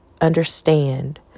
understand